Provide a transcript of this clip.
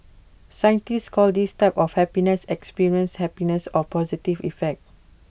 scientists call this type of happiness experienced happiness or positive effect